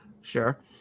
Sure